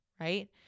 Right